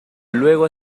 luego